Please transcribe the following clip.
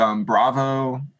Bravo